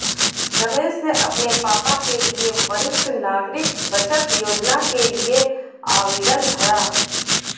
रमेश ने अपने पापा के लिए वरिष्ठ नागरिक बचत योजना के लिए आवेदन भरा